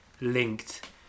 linked